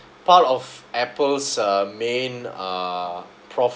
part of Apple's uh main uh profit